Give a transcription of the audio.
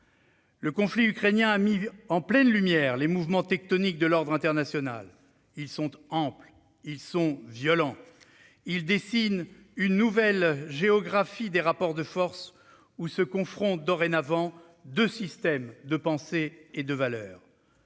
Le conflit ukrainien a mis en pleine lumière les mouvements tectoniques de l'ordre international. Ils sont amples et violents. Ils dessinent une nouvelle géographie des rapports de force, où se confrontent dorénavant deux systèmes de pensée et de valeurs.